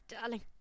darling